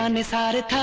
um decided